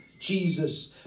Jesus